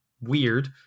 weird